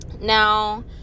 Now